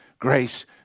Grace